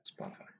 Spotify